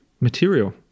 material